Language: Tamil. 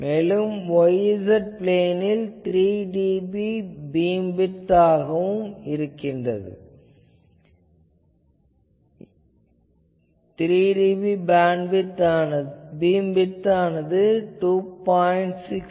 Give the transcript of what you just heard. மேலும் y z பிளேனில் 3dB பீம்விட்த் ஆனது 2